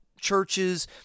churches